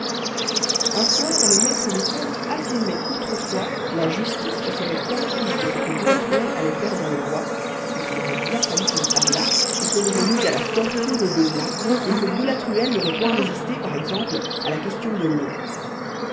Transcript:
un soir le maître d'école affirmait qu'autrefois la justice se serait enquise de ce que boulatruelle allait faire dans le bois et qu'il aurait bien fallu qu'il parlât et qu'on l'aurait mis à la torture au besoin et que boulatruelle n'aurait point résisté par exemple à la question de l'eau